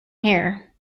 hare